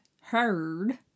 heard